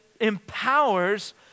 empowers